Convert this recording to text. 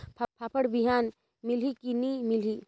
फाफण बिहान मिलही की नी मिलही?